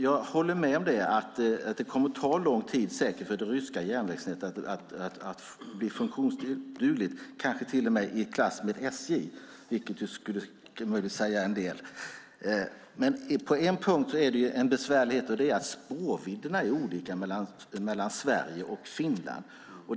Jag håller med om att det säkert kommer att ta lång tid för det ryska järnvägsnätet att bli funktionsdugligt, kanske till och med i klass med SJ, vilket ju skulle säga en del. På en punkt är det en besvärlighet. Det är att spårvidderna är olika mellan Sverige och Finland.